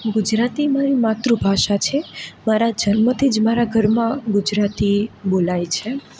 ગુજરાતી મારી માતૃભાષા છે મારા જન્મથી જ મારા ઘરમાં ગુજરાતી બોલાય છે